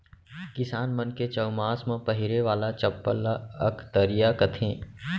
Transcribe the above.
किसान मन के चउमास म पहिरे वाला चप्पल ल अकतरिया कथें